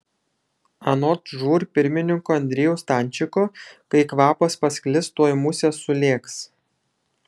anot žūr pirmininko andriejaus stančiko kai kvapas pasklis tuoj musės sulėks